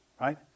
right